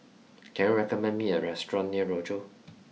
can you recommend me a restaurant near Rochor